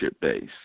base